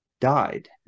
died